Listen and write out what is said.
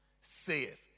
saith